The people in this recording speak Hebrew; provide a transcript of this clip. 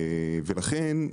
ולכן,